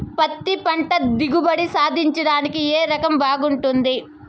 పత్తి పంట దిగుబడి సాధించడానికి ఏ రకం బాగుంటుంది?